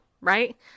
right